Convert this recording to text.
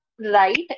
right